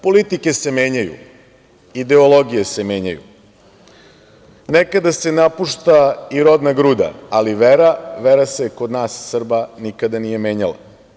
Politike se menjaju, ideologije se menjaju, nekada se napušta i rodna gruda, ali vera, vera se kod nas Srba nikada nije menjala.